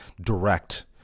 direct